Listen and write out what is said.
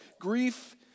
grief